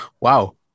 wow